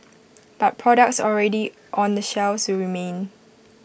but products already on the shelves remain